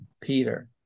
Peter